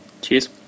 Cheers